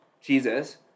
Jesus